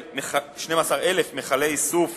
כ-12,000 מכלי איסוף